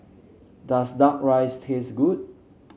does duck rice taste good